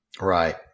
Right